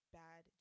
bad